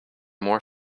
more